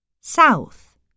South